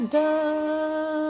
done